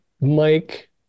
Mike